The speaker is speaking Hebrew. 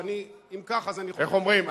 אם כך, אז אני, איך אומרים?